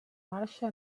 marxa